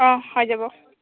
অঁ হৈ যাব